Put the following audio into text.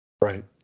Right